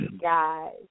guys